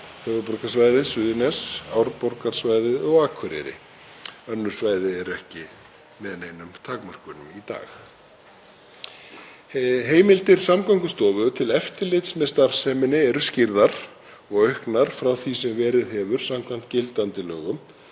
höfuðborgarsvæðið, Suðurnes, Árborgarsvæðið og Akureyri. Önnur svæði eru ekki með neinum takmörkunum. Heimildir Samgöngustofu til eftirlits með starfseminni eru skýrðar og auknar frá því sem verið hefur samkvæmt gildandi lögum.